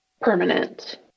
permanent